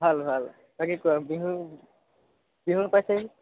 ভাল ভাল বাকী কোৱা বিহু বিহুও পাইছেহি